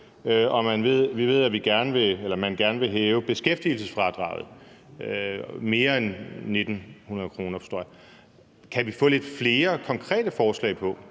at man gerne vil hæve beskæftigelsesfradraget med mere end 1.900 kr., forstår jeg. Kan vi få lidt flere konkrete forslag?